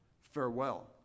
Farewell